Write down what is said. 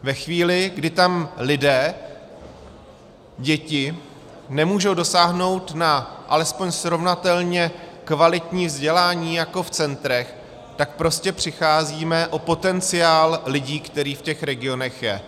Ve chvíli, kdy tam lidé, děti, nemůžou dosáhnout na alespoň srovnatelně kvalitní vzdělání jako v centrech, tak prostě přicházíme o potenciál lidí, který v těch regionech je.